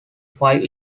five